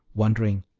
wondering,